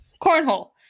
cornhole